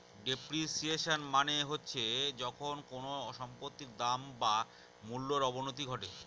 depreciation মানে হচ্ছে যখন কোনো সম্পত্তির দাম বা মূল্যর অবনতি ঘটে